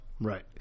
Right